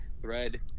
thread